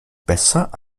besser